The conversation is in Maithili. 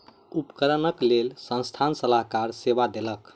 उपकरणक लेल संस्थान सलाहकार सेवा देलक